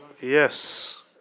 Yes